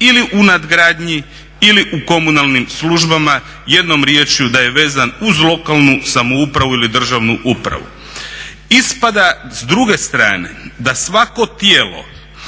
ili u nadgradnji ili u komunalnim službama, jednom riječju da je vezan uz lokalnu samoupravu ili državnu upravu. Ispada s druge strane da svako tijelo